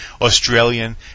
Australian